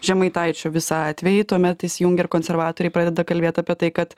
žemaitaičio visą atvejį tuomet įsijungia ir konservatoriai pradeda kalbėt apie tai kad